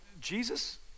Jesus